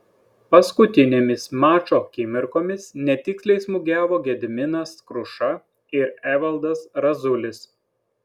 paskutinėmis mačo akimirkomis netiksliai smūgiavo gediminas kruša ir evaldas razulis